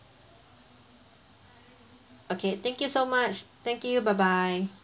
okay thank you so much thank you bye bye